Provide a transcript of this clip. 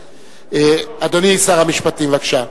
אדוני שר המשפטים, בבקשה.